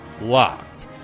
Locked